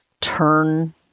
turn